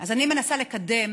אז אני מנסה לקדם